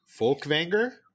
Folkvanger